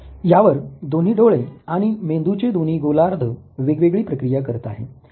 यावर दोन्ही डोळे आणि मेंदूचे दोन्ही गोलार्ध वेगवेगळी प्रक्रिया करत आहे